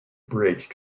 bridge